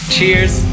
Cheers